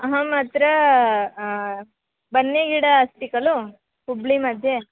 अहमत्र बन्नेगिडा अस्ति खलु हुब्लि मध्ये